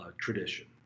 tradition